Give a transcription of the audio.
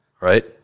right